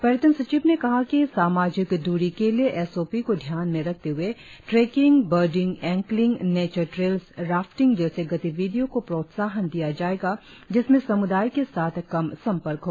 पर्यटन सचिव ने कहा कि सामाजिक द्ररी के लिए एस ओ पी को ध्यान में रखते हए trekking birding angling nature trails rafting जैसे गतिविधियों को प्रोत्साहन दिया जाएगा जिसमें सम्दाय के साथ कम संपर्क हो